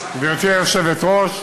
גברתי היושבת-ראש,